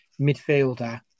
midfielder